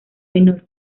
menor